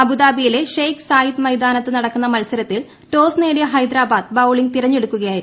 അബുദാ്ബിയിലെ Sheikh Zayed മൈതാനത്ത് നടക്കുന്ന മത്സര്ത്തീൽ ടോസ് നേടിയ ഹൈദരാബാദ് ബൌളിംഗ് തിരഞ്ഞെടുക്കുക്യായിരുന്നു